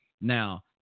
Now